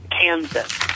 Kansas